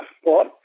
sport